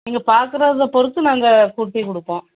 நீங்கள் பாக்குறதை பொறுத்து நாங்கள் கூட்டிக்கொடுப்போம்